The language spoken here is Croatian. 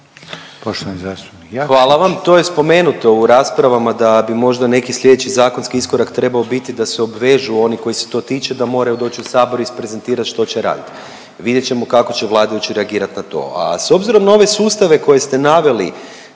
Hvala vam. To je spomenuto u raspravama da bi možda neki sljedeći zakonski iskorak trebao biti da se obvežu oni kojih se to tiče, da moraju doći u Sabor isprezentirati što će raditi. Vidjet ćemo kako će vladajući reagirati na to, a s obzirom na ove sustave koje ste naveli